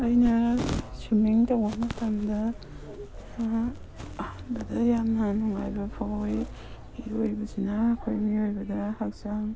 ꯑꯩꯅ ꯁ꯭ꯋꯤꯃꯤꯡ ꯇꯧꯕ ꯃꯇꯝꯗ ꯑꯍꯥꯟꯕꯗ ꯌꯥꯝꯅ ꯅꯨꯡꯉꯥꯏꯕ ꯐꯥꯎꯏ ꯏꯔꯣꯏꯕꯁꯤꯅ ꯑꯩꯈꯣꯏ ꯃꯤꯑꯣꯏꯕꯗ ꯍꯛꯆꯥꯡ